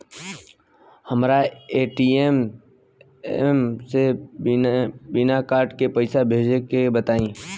हमरा ए.टी.एम से बिना कार्ड के पईसा भेजे के बताई?